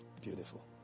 beautiful